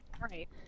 Right